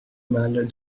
mal